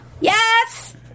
Yes